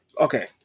Okay